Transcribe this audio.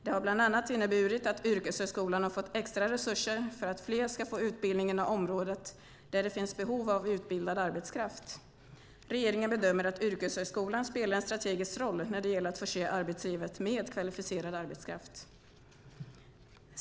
Det har bland annat inneburit att yrkeshögskolan har fått extra resurser för att fler ska få utbildning inom områden där det finns behov av utbildad arbetskraft. Regeringen bedömer att yrkeshögskolan spelar en strategisk roll när det gäller att förse arbetslivet med kvalificerad arbetskraft.